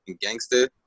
Gangster